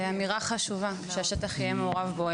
זו אמירה יפה, שהשטח יהיה מעורב בו.